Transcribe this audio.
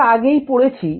আমরা এটি আগেই পড়েছি